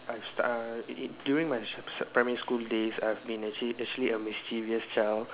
I've stu~ it it during my sch~ primary school days I've been actually actually a mischievous child